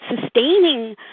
sustaining